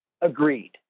Agreed